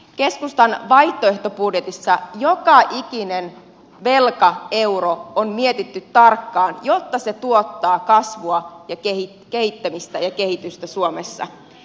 keskustan vaihtoehtobudjetissa joka ikinen velkaeuro on mietitty tarkkaan jotta se tuottaa kasvua ja kehittämistä ja kehitystä suomessa